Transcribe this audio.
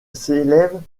s’élève